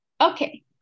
okay